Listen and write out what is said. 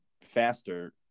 faster